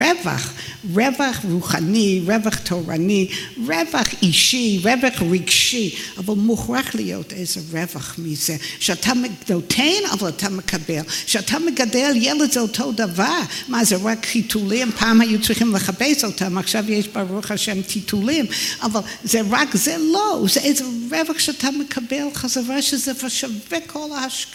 רווח, רווח רוחני, רווח תורני, רווח אישי, רווח רגשי, אבל מוכרח להיות איזה רווח מזה. שאתה נותן, אבל אתה מקבל. שאתה מגדל ילד זה אותו דבר. מה, זה רק חיטולים, פעם היו צריכים לכבס אותם, עכשיו יש ברוך ה' טיטולים, אבל זה רק זה? לא! זה איזה רווח שאתה מקבל חזרה שזה שווה כל ההשקעה.